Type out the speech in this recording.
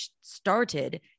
started